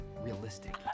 realistic